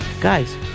guys